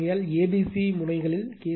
ஆகையால் ஏபிசி முனைகளில் கே